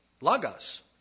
lagos